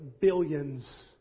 billions